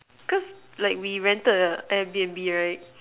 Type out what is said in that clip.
cause like we rented a air B_N_B right